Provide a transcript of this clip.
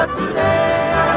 today